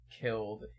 killed